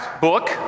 book